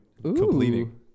completing